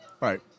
right